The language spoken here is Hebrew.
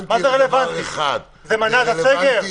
זה מנע את הסגר?